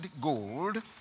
gold